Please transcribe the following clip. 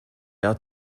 our